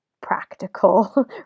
practical